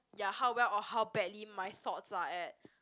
ya how well or how badly my thoughts are at